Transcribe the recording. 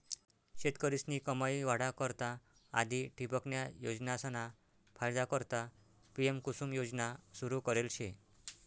शेतकरीस्नी कमाई वाढा करता आधी ठिबकन्या योजनासना फायदा करता पी.एम.कुसुम योजना सुरू करेल शे